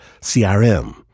CRM